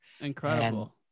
Incredible